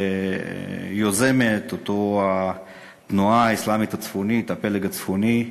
שיוזמת התנועה האסלאמית הצפונית, הפלג הצפוני,